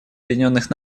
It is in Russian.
объединенных